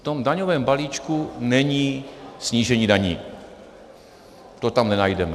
V daňovém balíčku není snížení daní, to tam nenajdeme.